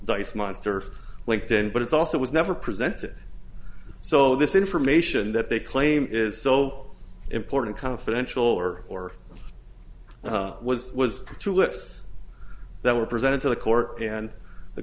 dice monster for linked in but it's also was never presented so this information that they claim is so important confidential or or was was two lists that were presented to the court and the